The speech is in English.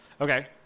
Okay